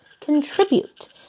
contribute